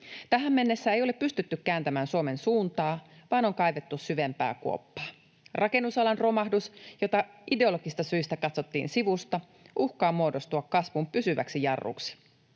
Tähän mennessä ei ole pystytty kääntämään Suomen suuntaa, vaan on kaivettu syvempää kuoppaa. Rakennusalan romahdus, jota ideologisista syistä katsottiin sivusta, uhkaa muodostua kasvun pysyväksi jarruksi.